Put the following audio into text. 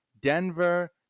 Denver